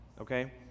okay